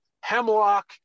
hemlock